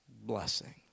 blessing